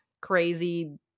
crazy